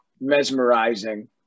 mesmerizing